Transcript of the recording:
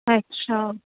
ਅੱਛਾ